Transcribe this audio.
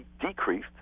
decreased